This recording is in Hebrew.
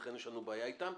לכן יש לנו בעיה איתם.